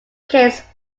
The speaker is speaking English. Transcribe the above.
case